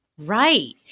Right